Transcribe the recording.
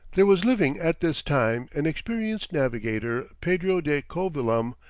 there was living at this time an experienced navigator, pedro de covilham,